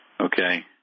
Okay